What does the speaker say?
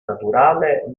naturale